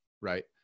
right